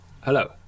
Hello